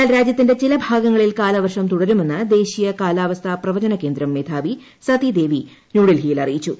എന്നാൽ രാജ്യത്തിന്റെ ചില ഭാഗങ്ങളിൽ കാലവർഷം തുടരുമെന്ന് ദേശീയ കാലാവസ്ഥ പ്രവചന കേന്ദ്രം മേധാവി സതി ദേവി ന്യുഡൽഹിയിൽ അറിയിച്ചു